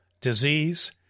disease